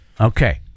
Okay